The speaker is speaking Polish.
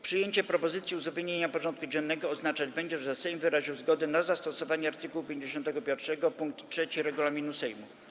Przyjęcie propozycji uzupełnienia porządku dziennego oznaczać będzie, że Sejm wyraził zgodę na zastosowanie art. 51 pkt 3 regulaminu Sejmu.